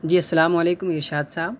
جی السلام علیکم ارشاد صاحب